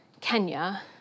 Kenya